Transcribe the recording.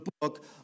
book